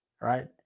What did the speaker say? right